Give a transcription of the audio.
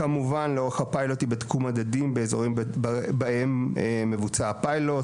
כמובן לאורך הפיילוט יבדקו מדדים באזורים בהם מבוצע הפיילוט